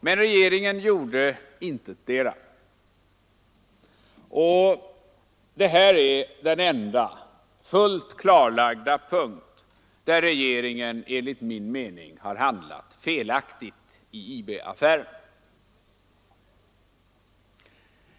Men regeringen gjorde ingetdera, och detta är den enda fullt klarlagda punkt där regeringen enligt min mening handlat felaktigt i IB-affären.